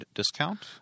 discount